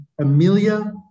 Amelia